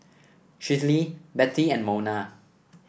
Schley Bettie and Mona